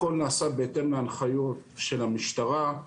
הכול נעשה בהתאם להנחיות של המשטרה,